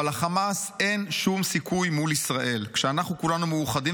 אבל לחמאס אין שום סיכוי מול ישראל כשאנחנו כולנו מאוחדים